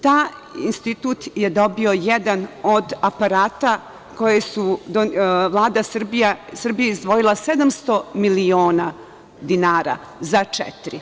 Taj institut je dobio jedan od aparata za koje je Vlada Srbije izdvojila 700 miliona dinara za četiri.